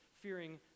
fearing